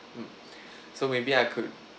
mm so maybe I could